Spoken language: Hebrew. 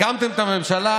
הקמתם את הממשלה,